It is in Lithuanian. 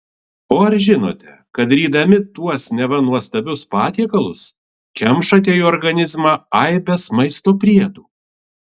o ar žinote kad rydami tuos neva nuostabius patiekalus kemšate į organizmą aibes maisto priedų